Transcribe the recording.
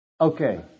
Okay